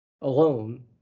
alone